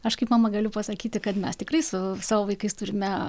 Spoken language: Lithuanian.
aš kaip mama galiu pasakyti kad mes tikrai su savo vaikais turime